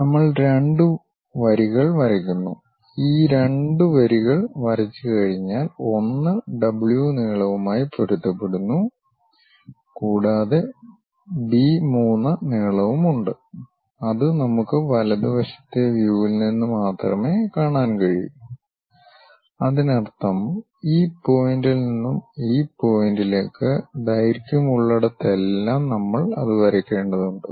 നമ്മൾ രണ്ട് വരികൾ വരയ്ക്കുന്നു ഈ രണ്ട് വരികൾ വരച്ചുകഴിഞ്ഞാൽ ഒന്ന് ഡബ്ലു നീളവുമായി പൊരുത്തപ്പെടുന്നു കൂടാതെ ബി 3 നീളവുമുണ്ട് അത് നമുക്ക് വലതുവശത്തെ വ്യൂവിൽ നിന്ന് മാത്രമേ കാണാൻ കഴിയൂ അതിനർത്ഥം ഈ പോയിന്റിൽ നിന്നും ഈ പോയിന്റിലേക്ക് ദൈർഘ്യം ഉള്ളിടത്തെല്ലാം നമ്മൾ അത് വരയ്ക്കേണ്ടതുണ്ട്